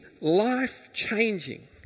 life-changing